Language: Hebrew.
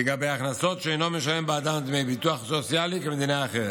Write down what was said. לגבי הכנסות שהוא אינו משלם בעדן דמי ביטוח סוציאלי במדינה אחרת.